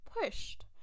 pushed